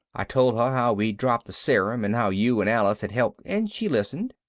i told her how we'd dropped the serum and how you and alice had helped and she listened.